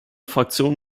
fraktion